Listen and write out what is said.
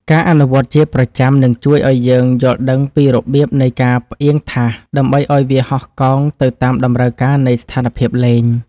ការអនុវត្តជាប្រចាំនឹងជួយឱ្យយើងយល់ដឹងពីរបៀបនៃការផ្អៀងថាសដើម្បីឱ្យវាហោះកោងទៅតាមតម្រូវការនៃស្ថានភាពលេង។